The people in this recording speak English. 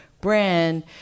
brand